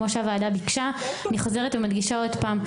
אני חוזרת ומדגישה עוד פעם,